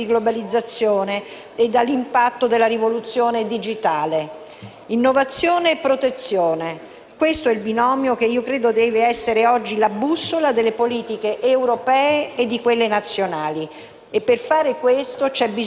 Innovazione e protezione. Questo è il binomio che io credo debba essere oggi la bussola delle politiche europee e di quelle nazionali. Per fare questo c'è bisogno d'Italia, di un forte asse franco-italiano;